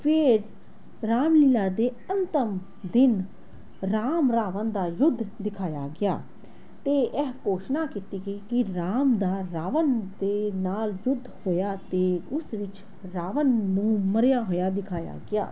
ਫੇਰ ਰਾਮਲੀਲਾ ਦੇ ਅੰਤਿਮ ਦਿਨ ਰਾਮ ਰਾਵਣ ਦਾ ਯੁੱਧ ਦਿਖਾਇਆ ਗਿਆ ਅਤੇ ਇਹ ਘੋਸ਼ਣਾ ਕੀਤੀ ਗਈ ਕਿ ਰਾਮ ਦਾ ਰਾਵਣ ਦੇ ਨਾਲ਼ ਯੁੱਧ ਹੋਇਆ ਅਤੇ ਉਸ ਵਿੱਚ ਰਾਵਣ ਨੂੰ ਮਰਿਆ ਹੋਇਆ ਦਿਖਾਇਆ ਗਿਆ